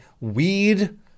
weed